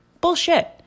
Bullshit